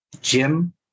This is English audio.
Jim